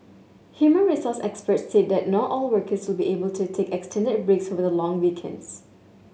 human resource experts said that not all workers be able to take extended breaks over the long weekends